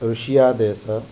रुशिया देशः